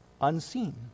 unseen